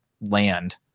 land